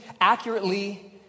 accurately